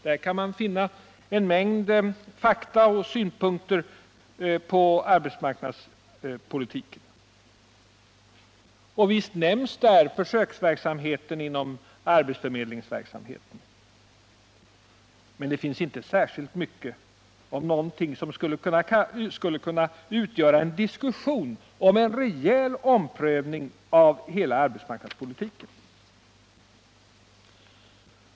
Där kan vi finna en mängd fakta och synpunkter rörande arbetsmarknadspolitiken. Och visst nämns där försöksverksamheten inom arbetsförmedlingen. Men det finns inte särskilt mycket av något som skulle kunna utgöra en diskussion om en rejäl omprövning av hela arbetsmarknadspolitiken.